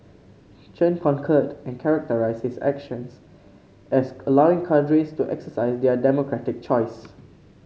Chen concurred and characterised his actions as allowing cadres to exercise their democratic choice